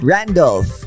Randolph